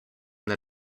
that